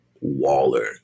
Waller